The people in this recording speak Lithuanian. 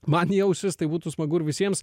man į ausis tai būtų smagu visiems